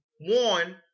one